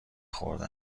خورده